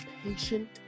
patient